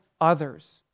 others